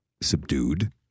subdued